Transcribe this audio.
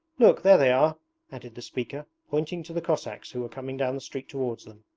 look, there they are added the speaker, pointing to the cossacks who were coming down the street towards them.